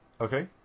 Okay